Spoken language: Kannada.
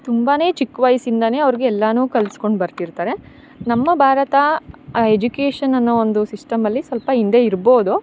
ತುಂಬಾನೇ ಚಿಕ್ಕ ವಯಸ್ಸಿಂದಲೇ ಅವ್ರಿಗೆ ಎಲ್ಲವೂ ಕಲಿಸ್ಕೊಂಡು ಬರ್ತಿರ್ತಾರೆ ನಮ್ಮ ಭಾರತ ಎಜುಕೇಷನ್ ಅನ್ನೋ ಒಂದು ಸಿಸ್ಟಮಲ್ಲಿ ಸ್ವಲ್ಪ ಹಿಂದೆ ಇರಬೌದು